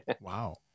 Wow